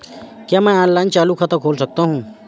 क्या मैं ऑनलाइन चालू खाता खोल सकता हूँ?